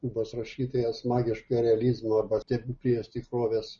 kubos rašytojas magiškojo realizmo arba stebuklinės tikrovės